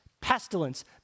pestilence